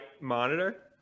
monitor